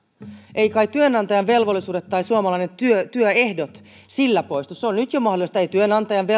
eivät kai työnantajan velvollisuudet tai suomalaiset työehdot sillä poistu se on nyt jo mahdollista eivät työnantajan velvollisuudet